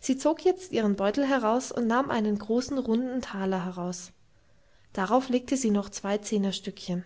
sie zog jetzt ihren beutel heraus und nahm einen großen runden taler heraus darauf legte sie noch zwei zehnerstückchen